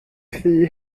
thŷ